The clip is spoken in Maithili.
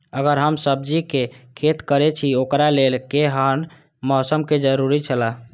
अगर हम सब्जीके खेती करे छि ओकरा लेल के हन मौसम के जरुरी छला?